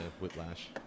Whiplash